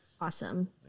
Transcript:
Awesome